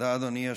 אדוני.